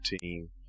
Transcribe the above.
team